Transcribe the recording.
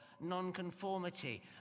nonconformity